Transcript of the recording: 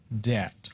debt